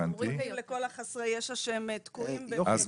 --- לכל חסרי הישע שהם תקועים במצב --- אז